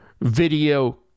video